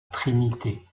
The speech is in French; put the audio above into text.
trinité